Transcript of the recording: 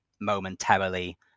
momentarily